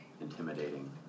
intimidating